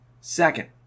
Second